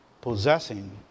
possessing